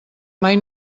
mai